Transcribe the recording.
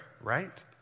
right